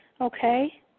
okay